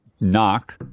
Knock